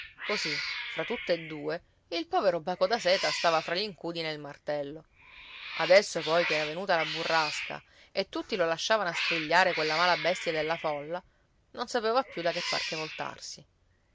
così fra tutt'e due il povero baco da seta stava fra l'incudine e il martello adesso poi che era venuta la burrasca e tutti lo lasciavano a strigliare quella mala bestia della folla non sapeva più da che parte voltarsi